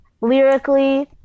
lyrically